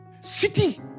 city